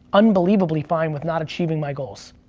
unbelievably fine with not achieving my goals.